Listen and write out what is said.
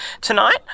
Tonight